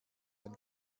ein